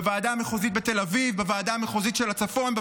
בוועדה המחוזית בתל אביב,